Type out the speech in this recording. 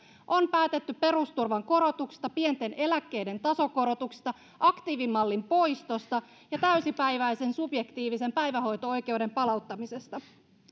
on päätetty perusturvan korotuksista pienten eläkkeiden tasokorotuksista aktiivimallin poistosta ja täysipäiväisen subjektiivisen päivähoito oikeuden palauttamisesta